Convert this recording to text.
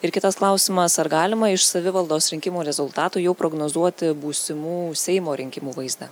ir kitas klausimas ar galima iš savivaldos rinkimų rezultatų jau prognozuoti būsimų seimo rinkimų vaizdą